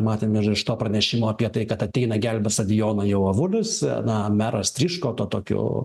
matėm ir iš to pranešimo apie tai kad ateina gelbės stadioną jau avulius na meras tryško tuo tokiu